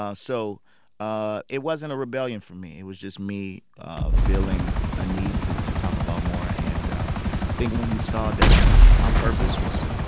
ah so ah it wasn't a rebellion for me. it was just me ah feeling a need to to talk about more. and um i think when he saw that my purpose was,